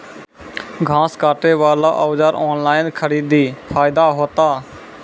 घास काटे बला औजार ऑनलाइन खरीदी फायदा होता?